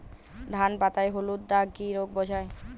ধান পাতায় হলুদ দাগ কি রোগ বোঝায়?